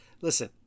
Listen